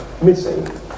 missing